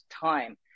time